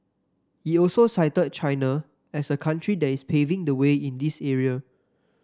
he also cited China as a country that is paving the way in this area